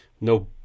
no